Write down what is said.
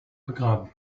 begraben